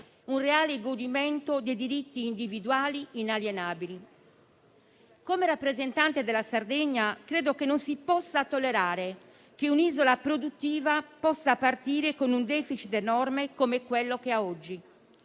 un reale godimento dei diritti individuali inalienabili. Come rappresentante della Sardegna, credo che non si possa tollerare che un'isola produttiva possa partire con un *deficit* enorme come quello che ha oggi,